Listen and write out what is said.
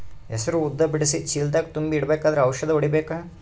ಹೆಸರು ಉದ್ದ ಬಿಡಿಸಿ ಚೀಲ ದಾಗ್ ತುಂಬಿ ಇಡ್ಬೇಕಾದ್ರ ಔಷದ ಹೊಡಿಬೇಕ?